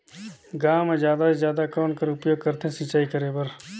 गांव म जादा से जादा कौन कर उपयोग करथे सिंचाई करे बर?